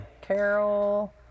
Carol